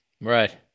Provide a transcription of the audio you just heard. Right